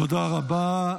תודה רבה.